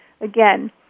again